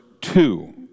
two